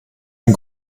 ein